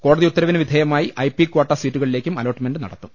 കോടതി ഉത്തരവിന് വിധേയമായി ഐ പി കാട്ട സീറ്റുകളിലേക്കും അലോട്ട്മെന്റ് നടത്തും